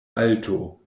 alto